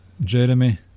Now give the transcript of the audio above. Jeremy